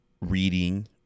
reading